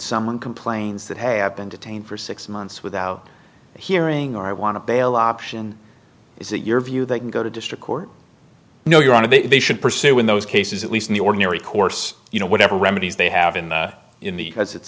someone complains that have been detained for six months without hearing or i want to bail option is that your view they can go to district court no you want to be they should pursue in those cases at least in the ordinary course you know whatever remedies they have in the in the as it's